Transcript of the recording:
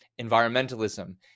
environmentalism